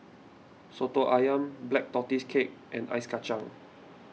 Soto Ayam Black Tortoise Cake and Ice Kachang